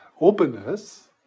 openness